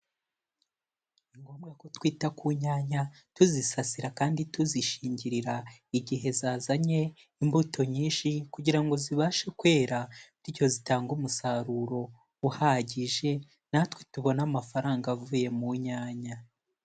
Ni ngombwa ko twita ku nyanya tuzisasira kandi tuzishingirira igihe zazanye imbuto nyinshi kugira ngo zibashe kwera, bityo zitange umusaruro uhagije natwe tubone amafaranga avuye mu nyanya.